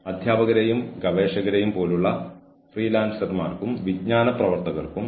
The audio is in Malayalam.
അതിനാൽ എന്താണ് വരുന്നതെന്ന് ആളുകൾക്ക് അറിയാമെങ്കിൽ ആളുകൾക്ക് ന്യായമായ ലക്ഷ്യമുണ്ട്